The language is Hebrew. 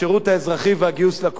היום בנושא השירות האזרחי והגיוס לכול,